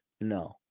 No